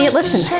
listen